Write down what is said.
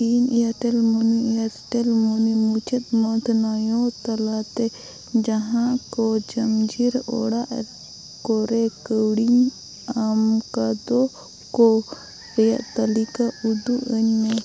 ᱤᱧ Airtel money Airtel money ᱢᱩᱪᱟᱹᱫ ᱢᱟᱱᱛᱷ ᱱᱚᱣᱟ ᱛᱟᱞᱟᱛᱮ ᱡᱟᱦᱟᱸ ᱠᱚ ᱡᱚᱢ ᱡᱤᱨᱟᱹᱣ ᱚᱲᱟᱜ ᱠᱚᱨᱮ ᱠᱟᱣᱰᱤᱧ ᱮᱢᱠᱟᱫᱟ ᱠᱚ ᱨᱮᱱᱟᱜ ᱛᱟᱞᱤᱠᱟ ᱩᱫᱩᱜ ᱟᱹᱧᱢᱮ